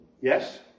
Yes